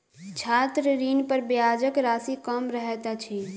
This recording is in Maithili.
छात्र ऋणपर ब्याजक राशि कम रहैत अछि